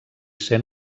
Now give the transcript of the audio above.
sent